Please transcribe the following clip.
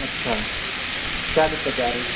اچھا کیا دقتیں آ رہی